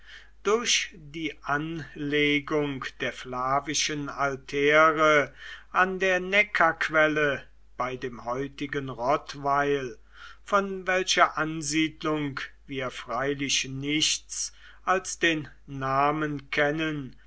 durch die anlegung der flavischen altäre an der neckarquelle bei dem heutigen rottweil von welcher ansiedlung wir freilich nichts als den namen kennen